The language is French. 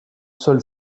sol